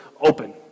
open